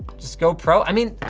just go pro? i mean,